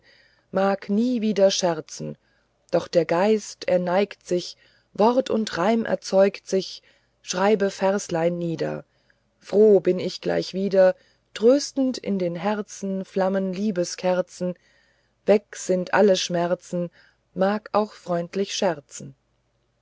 mag nie wieder scherzen doch der geist er neigt sich wort und reim erzeugt sich schreibe verslein nieder froh bin ich gleich wieder tröstend in dem herzen flammen liebeskerzen weg sind alle schmerzen mag auch freundlich scherzen